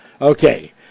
Okay